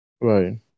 Right